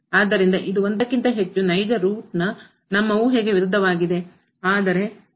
ಆದ್ದರಿಂದ ಇದು ಒಂದಕ್ಕಿಂತ ಹೆಚ್ಚು ನೈಜ ರೂಟ್ ನ ನಮ್ಮ ಊಹೆಗೆ ವಿರುದ್ಧವಾಗಿದೆ